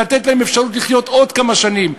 לתת להם אפשרות לחיות עוד כמה שנים.